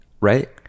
right